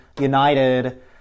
united